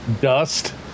Dust